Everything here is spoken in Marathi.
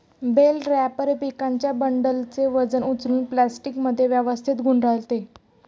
बेल रॅपर पिकांच्या बंडलचे वजन उचलून प्लास्टिकमध्ये व्यवस्थित गुंडाळते